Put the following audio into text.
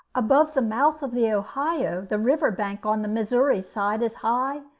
above the mouth of the ohio the river bank on the missouri side is high,